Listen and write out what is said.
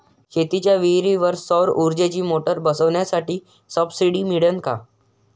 शेतीच्या विहीरीवर सौर ऊर्जेची मोटार बसवासाठी सबसीडी मिळन का?